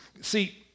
See